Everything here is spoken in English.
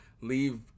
leave